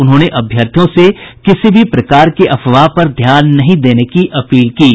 उन्होंने अभ्यर्थियों से किसी भी प्रकार के अफवाह पर ध्यान नहीं देने की अपील की है